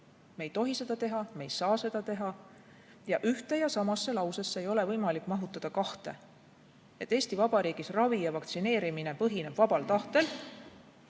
Me ei tohi seda teha, me ei saa seda teha. Ja ühte ja samasse lausesse ei ole võimalik mahutada kahte: et Eesti Vabariigis ravi ja vaktsineerimine põhineb vabal tahtel,